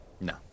no